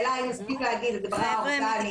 חבר'ה,